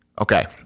Okay